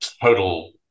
total